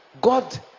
God